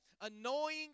annoying